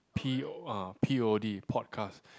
P uh P_O_D podcast